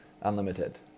unlimited